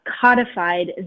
codified